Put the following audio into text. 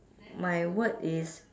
my word is